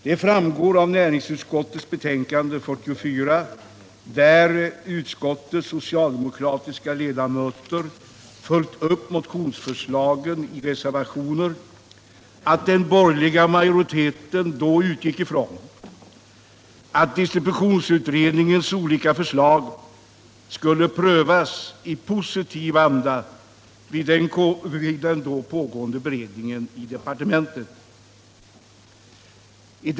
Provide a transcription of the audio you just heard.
Det framgår av näringsutskottets betänkande 1976/77:44 — och här följde utskottets socialdemokratiska ledamöter upp motionsförslagen med reservationer — att den borgerliga majoriteten då utgick ifrån att distributionsutredningens olika förslag skulle prövas i positiv anda vid den pågående beredningen i departementet.